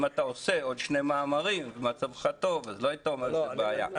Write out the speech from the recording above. אם היית עושה עוד שני מאמרים ומצבך היה טוב אז לא היית אומר שזו בעיה.